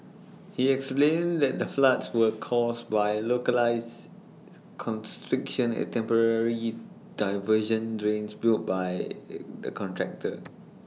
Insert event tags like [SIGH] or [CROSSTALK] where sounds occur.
he explained that the floods were caused by localised [NOISE] constriction at temporary diversion drains built by the contractor